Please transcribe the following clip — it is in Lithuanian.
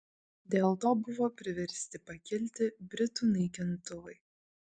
dėl to buvo priversti pakilti britų naikintuvai